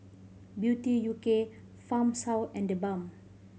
Beauty U K Farmshouse and TheBalm